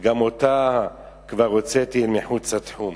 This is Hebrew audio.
שגם אותה כבר הוצאתי אל מחוץ לתחום".